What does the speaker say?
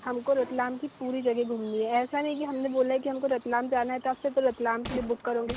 हमको रतलाम की पूरी जगह घूमनी है ऐसा नहीं कि हमने बोला है कि हमको रतलाम जाना है तो आप सिर्फ रतलाम के लिए बुक करोगे